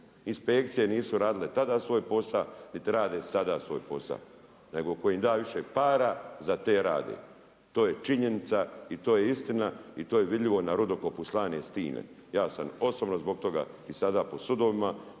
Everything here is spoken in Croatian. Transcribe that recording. Inspekcije nisu radile tada svoj posao, niti rade sada svoj posa, nego tko im da više para za te rade. To je činjenica i to je istina i to je vidljivo na rudokopu Slane stine. Ja sam osobno zbog toga i sada po sudovima,